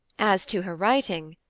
as to her writing,